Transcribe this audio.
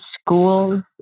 schools